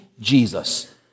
Jesus